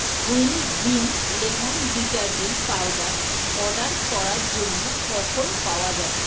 wheel green lemon detergent powder order করার জন্য কখন পাওয়া যাবে